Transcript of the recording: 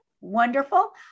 Wonderful